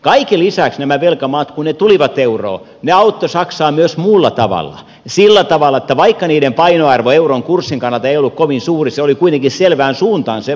kaiken lisäksi nämä velkamaat kun ne tulivat euroon auttoivat saksaa myös muulla tavalla sillä tavalla että vaikka niiden painoarvo euron kurssin kannalta ei ollut kovin suuri se painoarvo oli kuitenkin selvään suuntaan